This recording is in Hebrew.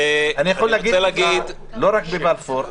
לא רק בבלפור.